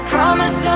Promise